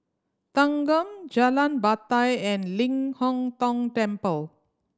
Thanggam Jalan Batai and Ling Hong Tong Temple